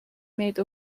made